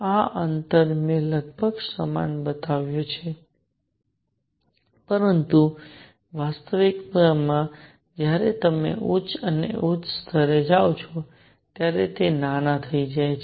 આ અંતરમેં લગભગ સમાન બતાવ્યું છે પરંતુ વાસ્તવિકતામાં જ્યારે તમે ઉચ્ચ અને ઉચ્ચ સ્તરે જાઓ છો ત્યારે તે નાના થઈ જાય છે